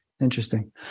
Interesting